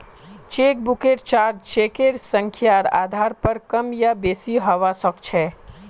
चेकबुकेर चार्ज चेकेर संख्यार आधार पर कम या बेसि हवा सक्छे